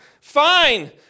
Fine